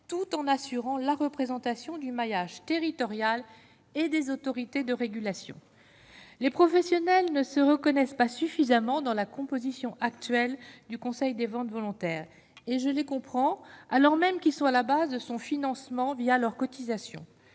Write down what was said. tout en assurant la représentation du maillage territorial et des autorités de régulation, les professionnels ne se reconnaissent pas suffisamment dans la composition actuelle du Conseil des ventes volontaires et je les comprends, alors même qu'ils sont à la base de son financement via leurs cotisations